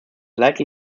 likely